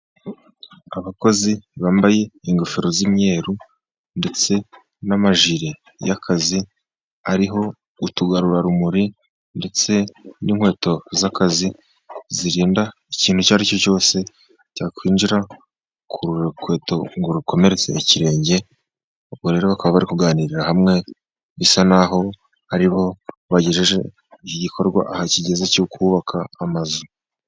Abakozi bambaye ingofero z'imyeru, ndetse n'amajire y'akazi ariho utugarurarumuri, ndetse n'inkweto z'akazi zirinda ikintu icyo ari cyo cyose cyakwinjira ku rukweto ngo rukomeretse ikirenge. Ubwo rero bakaba bari kuganirira hamwe bisa n'aho ari bo bagejeje igikorwa aha kigeze cyo kubaka amazu.